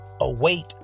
await